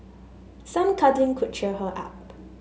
some cuddling could cheer her up